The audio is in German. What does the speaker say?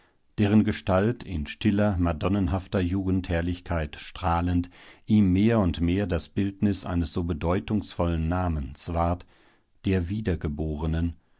deren gestalt in stiller madonnenhafter jugendherrlichkeit strahlend ihm mehr und mehr das bildnis ihres so bedeutungsvollen namens ward der wiedergeborenen